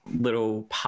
little